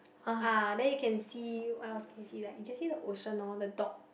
ah then you can see what else can you see like you can see the ocean loh the dock